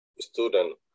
student